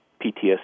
PTSD